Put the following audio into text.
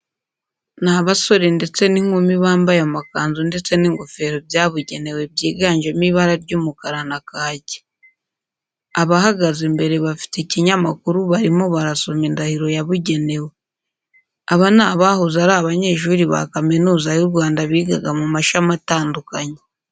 Ni abasore ndetse n'inkumi bambaye amakanzu ndetse n'ingofero byabugenewe byiganjemo ibara ry'umukara na kake. Abahagaze imbere bafite ikinyamakuru barimo barasoma indahiro yabagenewe. Aba ni abahoze ari abanyeshuri ba Kaminuza y'u Rwanda bigaga mu mashami atandukanye.